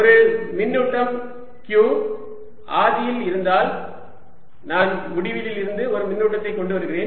ஒரு மின்னூட்டம் q ஆதியில் இருந்தால் நான் முடிவிலியிலிருந்து ஒரு மின்னூட்டத்தைக் கொண்டு வருகிறேன்